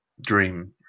Dream